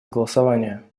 голосования